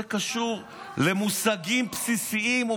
זה קשור למושגים בסיסיים, אבל בטוח רצחו אותו.